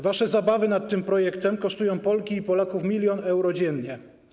Wasze zabawy nad tym projektem kosztują Polki i Polaków 1 mln euro dziennie.